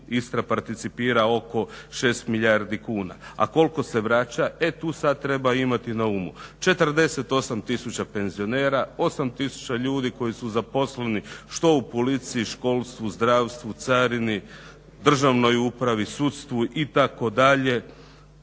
Istra participira oko 6 milijardi kuna. A koliko se vraća? E tu sada treba imati na umu 48 tisuća penzionera, 8 tisuća ljudi koji su zaposleni što u policiji, školstvu, zdravstvu, carini, državnoj upravi, sudstvu itd.